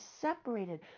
separated